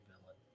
villain